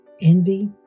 Envy